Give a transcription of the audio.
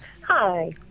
Hi